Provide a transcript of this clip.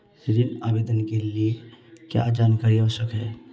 ऋण आवेदन के लिए क्या जानकारी आवश्यक है?